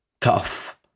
tough